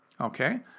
okay